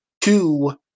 two